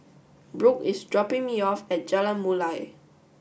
Brooke is dropping me off at Jalan Mulia